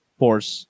force